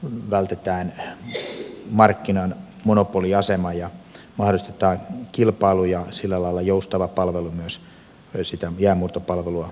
tällöin vältetään markkinan monopoliasema ja mahdollistetaan kilpailu ja sillä lailla joustava palvelu myös sitä jäänmurtopalvelua tarvitseville